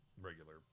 regular